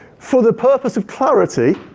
for the purpose of clarity,